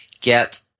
get –